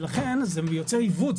לכן, זה יוצר עיוות.